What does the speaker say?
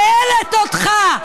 שואלת אותך.